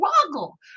struggle